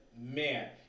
man